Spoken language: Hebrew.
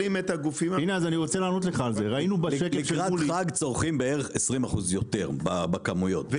לקראת חג צורכים בערך 20% יותר בכמויות,